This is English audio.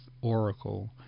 Oracle